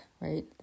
right